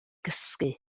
gysgu